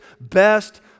best